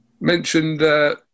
mentioned